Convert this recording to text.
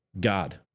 God